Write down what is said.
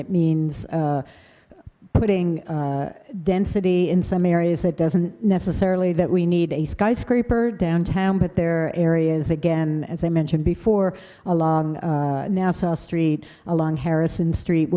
it means putting density in some areas that doesn't necessarily that we need a skyscraper downtown but there are areas again as i mentioned before along nassau street along harrison street